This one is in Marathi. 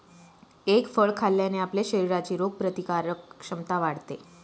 एग फळ खाल्ल्याने आपल्या शरीराची रोगप्रतिकारक क्षमता वाढते